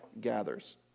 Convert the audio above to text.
gathers